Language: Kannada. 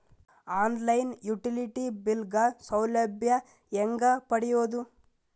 ಆನ್ ಲೈನ್ ಯುಟಿಲಿಟಿ ಬಿಲ್ ಗ ಸೌಲಭ್ಯ ಹೇಂಗ ಪಡೆಯೋದು?